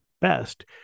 best